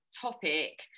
topic